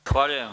Zahvaljujem.